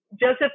Joseph